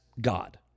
God